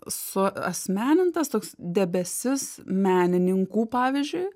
suasmenintas toks debesis menininkų pavyzdžiui